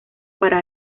para